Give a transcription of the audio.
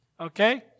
Okay